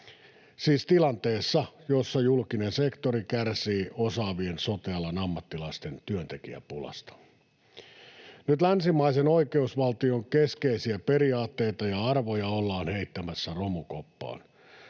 siis tilanteessa, jossa julkinen sektori kärsii osaavien sote-alan ammattilaisten työntekijäpulasta. Nyt länsimaisen oikeusvaltion keskeisiä periaatteita ja arvoja ollaan heittämässä romukoppaan.